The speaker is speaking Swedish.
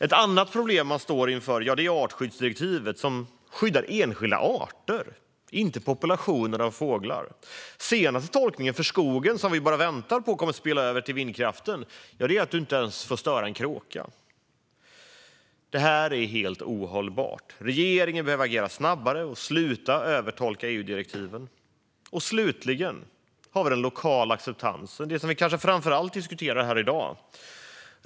Ett annat problem är artskyddsdirektivet, som skyddar enskilda arter och inte populationer av fåglar. Senaste tolkningen när det gäller skogen, som vi bara väntar på kommer att spilla över på vindkraften, är att du inte ens får störa en kråka. Det här är helt ohållbart. Regeringen behöver agera snabbare och sluta övertolka EU-direktiven. Slutligen har vi den lokala acceptansen, det som vi kanske framför allt diskuterar här i dag.